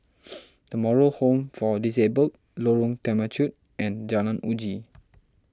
the Moral Home for Disabled Lorong Temechut and Jalan Uji